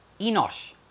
Enosh